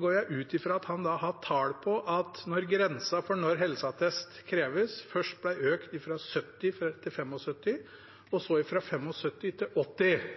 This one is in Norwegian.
går jeg ut fra at han har tall på det, når grensa for når helseattest kreves, først ble økt fra 70 til 75 år, og så fra 75 til 80 år.